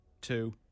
Two